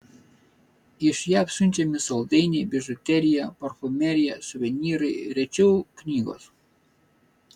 iš jav siunčiami saldainiai bižuterija parfumerija suvenyrai rečiau knygos